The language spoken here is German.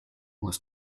muss